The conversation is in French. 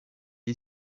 est